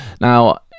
now